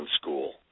school